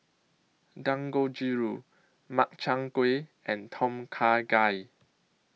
Dangojiru Makchang Gui and Tom Kha Gai